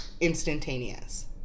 instantaneous